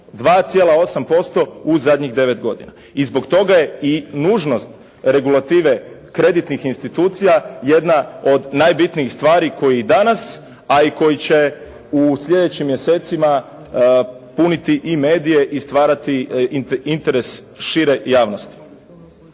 2,8% u zadnjih 9 godina i zbog toga je i nužnost regulative kreditnih institucija jedna od najbitnijih stvari koji danas, a i koji će u sljedećim mjesecima puniti i medije i stvarati interes šire javnosti.